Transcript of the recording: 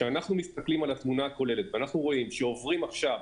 שכשאנחנו מסתכלים על התמונה הכוללת ואנחנו רואים שעוברים עכשיו,